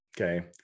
okay